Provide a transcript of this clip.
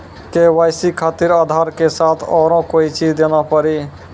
KYC खातिर आधार के साथ औरों कोई चीज देना पड़ी?